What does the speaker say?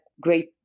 great